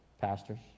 pastors